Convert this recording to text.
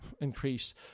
increase